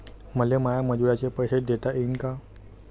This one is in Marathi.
मले माया मजुराचे पैसे देता येईन का?